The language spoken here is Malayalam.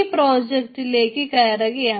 ഈ പ്രോജക്ടിലേക്ക് കയറുകയാണ്